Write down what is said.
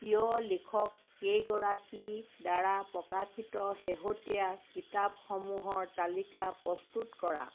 প্ৰিয় লিখককেইগৰাকী দ্বাৰা প্ৰকাশিত শেহতীয়া কিতাপসমূহৰ তালিকা পস্তুত কৰা